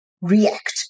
react